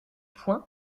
poing